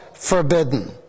forbidden